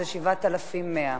7,100,